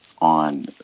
on